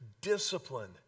discipline